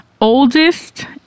oldest